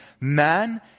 Man